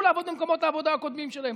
לעבוד במקומות העבודה הקודמים שלהם.